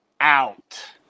out